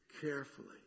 carefully